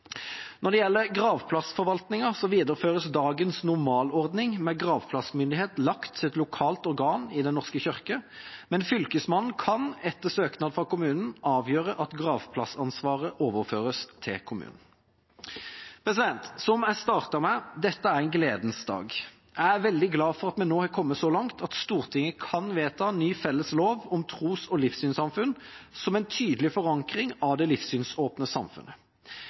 Når det gjelder gravplassforvaltningen, videreføres dagens normalordning med gravplassmyndighet lagt til et lokalt organ i Den norske kirke, men Fylkesmannen kan etter søknad fra kommunen avgjøre at gravplassansvaret overføres til kommunen. Som jeg startet med: Dette er en gledens dag. Jeg er veldig glad for at vi nå har kommet så langt at Stortinget kan vedta ny, felles lov om tros- og livssynssamfunn som en tydelig forankring av det livssynsåpne samfunnet.